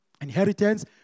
inheritance